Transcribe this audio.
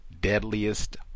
Deadliest